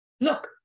look